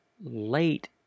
late